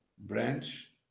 branch